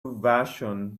vashon